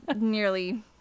nearly